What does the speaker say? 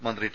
മന്ത്രി ടി